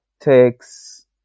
takes